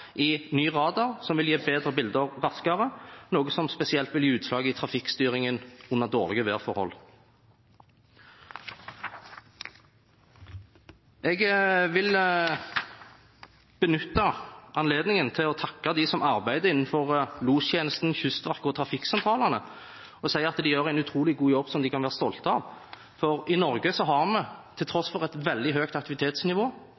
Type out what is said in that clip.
det nye overvåkningsutstyret på Kvitsøy trafikksentral, som nå har brukt flere titalls millioner på å investere i ny radar, som vil gi bedre bilder raskere, noe som spesielt vil gi utslag i trafikkstyringen under dårlige værforhold. Jeg vil benytte anledningen til å takke dem som arbeider innenfor lostjenesten, Kystverket og trafikksentralene, og si at de gjør en utrolig god jobb som de kan være stolte av, for i